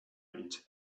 into